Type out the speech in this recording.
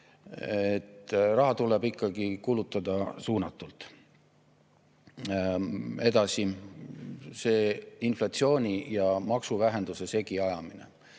raha tuleb kulutada suunatult. Edasi, inflatsiooni ja maksuvähenduse segiajamine.